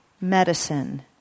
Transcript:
medicine